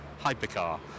hypercar